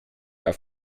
auf